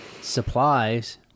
supplies